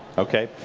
okay?